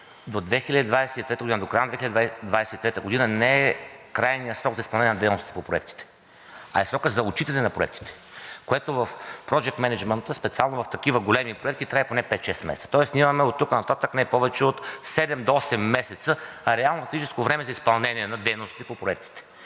корекция. До края на 2023 г. не е крайният срок за изпълнение на дейности по проектите, а е срокът за отчитане на проектите, за което в Project Management, специално в такива големи проекти, трябват поне 5 – 6 месеца. Тоест ние имаме оттук нататък не повече от 7 до 8 месеца реално фактическо време за изпълнение на дейностите по проектите